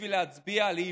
בשביל להצביע על אי-אמון.